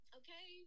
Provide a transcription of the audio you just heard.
okay